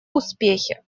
успехе